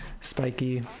Spiky